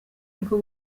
niko